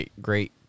great